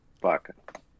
fuck